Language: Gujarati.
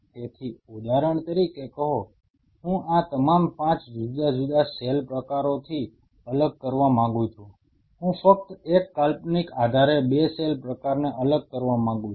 તેથી ઉદાહરણ તરીકે કહો હું આ તમામ 5 જુદા જુદા સેલ પ્રકારોથી અલગ કરવા માંગુ છું હું ફક્ત એક કાલ્પનિક આધારે 2 સેલ પ્રકારને અલગ કરવા માંગુ છું